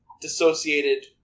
dissociated